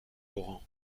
laurent